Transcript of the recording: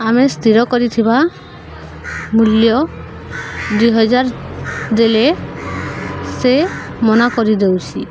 ଆମେ ସ୍ଥିର କରିଥିବା ମୂଲ୍ୟ ଦୁଇ ହଜାର ଦେଲେ ସେ ମନା କରିଦେଉସି